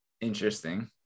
interesting